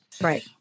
Right